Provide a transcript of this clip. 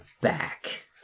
back